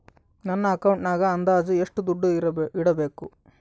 ನನ್ನ ಅಕೌಂಟಿನಾಗ ಅಂದಾಜು ಎಷ್ಟು ದುಡ್ಡು ಇಡಬೇಕಾ?